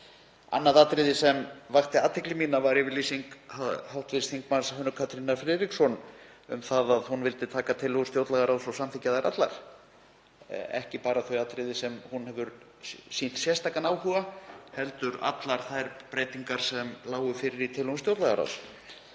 Annað atriði sem vakti athygli mína var yfirlýsing hv. þm. Hönnu Katrínar Friðriksson um að hún vildi taka tillögur stjórnlagaráðs og samþykkja þær allar, ekki bara þau atriði sem hún hefur sýnt sérstakan áhuga, heldur allar þær breytingar sem lágu fyrir í tillögum stjórnlagaráðs.